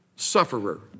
sufferer